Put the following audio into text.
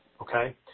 Okay